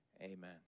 Amen